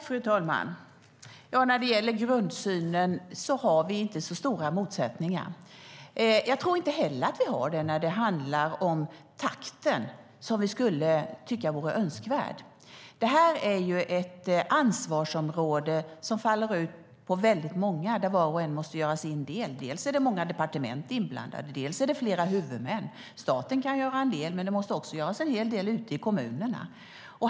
Fru talman! När det gäller grundsynen har vi inte så stora motsättningar. Jag tror inte heller att vi har det när det handlar om takten som vi skulle tycka vore önskvärd. Detta är ett ansvarsområde som faller ut på väldigt många där var och en måste göra sin del. Dels är det många departement inblandade, dels är det flera huvudmän. Staten kan göra en del, men det måste också göras en hel del ute i kommunerna.